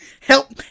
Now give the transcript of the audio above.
Help